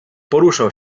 poruszał